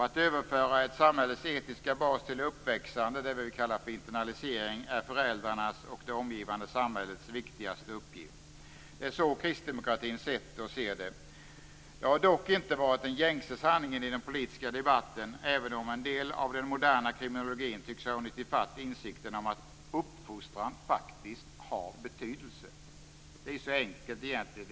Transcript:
Att överföra ett samhälles etiska bas till de uppväxande, det är det vi kallar för internalisering, är föräldrarnas och det omgivande samhällets viktigaste uppgift. Det är så kristdemokratin har sett det och ser det. Det har dock inte varit den gängse sanningen i den politiska debatten, även om en del av den moderna kriminologin tycks ha hunnit ifatt insikten om att uppfostran faktiskt har betydelse. Det så enkelt egentligen.